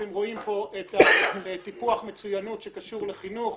אתם רואים פה את טיפוח המצוינות שקשור לחינוך.